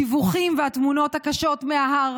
הדיווחים והתמונות הקשות מההר